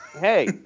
Hey